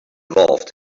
evolved